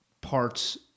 parts